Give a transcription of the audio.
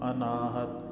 Anahat